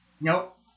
Nope